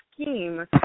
scheme